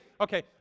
okay